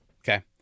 Okay